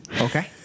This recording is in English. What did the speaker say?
Okay